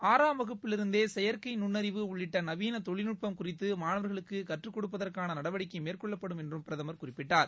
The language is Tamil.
ஆறாம் வகுப்பிலிருந்தே செயற்கை நுண்ணறிவு உள்ளிட்ட நவீன தொழில்நுட்பம் குறித்து மாணவர்களுக்கு கற்றுக் கொடுப்பதற்கான நடவடிக்கை மேற்கொள்ளப்படும் என்று பிரதமர் குறிப்பிட்டார்